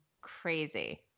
crazy